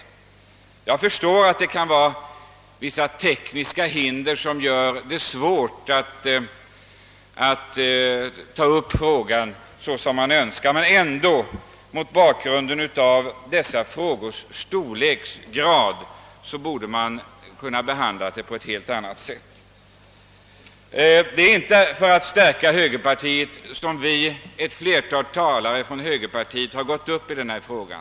Jag förstår att vissa tekniska hinder kan göra det svårt att ta upp frågan så som man skulle önska, men mot bakgrunden av dessa frågors angelägenhetsgrad borde man ändå ha kunnat behandla saken annorlunda. Det är inte för att stärka högerpartiet som vi, ett flertal talare från högerpartiet, har begärt ordet i denna fråga.